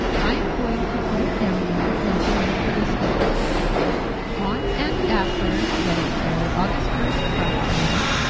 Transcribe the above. i am going to put it down then something after this fashion on and after, let us say, august first proximo,